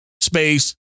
space